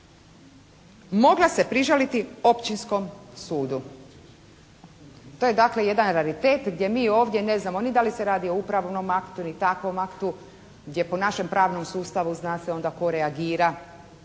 mogla se prižaliti Općinskom sudu. To je dakle jedan raritet gdje mi ovdje ne znamo ni da li se radi o upravnom aktu ili takvom aktu gdje po našem pravnom sustavu zna se onda tko reagira.